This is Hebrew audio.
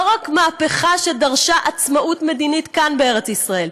לא רק מהפכה שדרשה עצמאות מדינית כאן, בארץ ישראל,